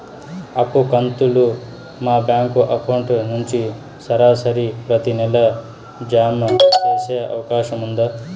అప్పు కంతులు మా బ్యాంకు అకౌంట్ నుంచి సరాసరి ప్రతి నెల జామ సేసే అవకాశం ఉందా?